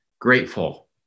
grateful